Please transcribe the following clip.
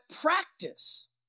practice